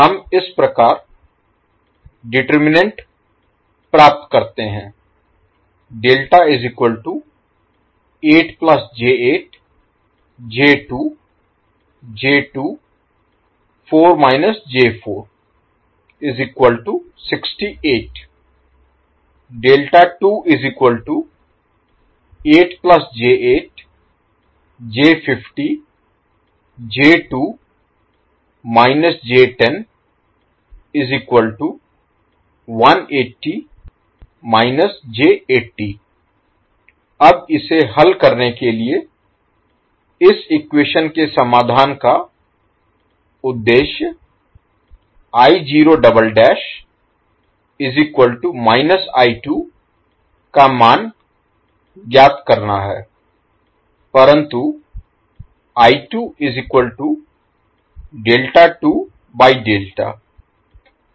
हम इस प्रकार डिटर्मिनेन्ट प्राप्त करते हैं अब इसे हल करने के लिए इस इक्वेशन के समाधान का उद्देश्य का मान ज्ञात करना है